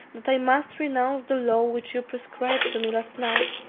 that i must renounce the law which you prescribed to me last night,